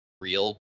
real